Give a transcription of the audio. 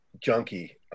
junkie